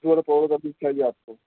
پیڑ پودوں کا بیج چاہیے آپ کو